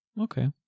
Okay